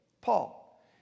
Paul